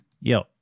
Yo